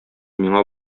миңа